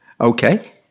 Okay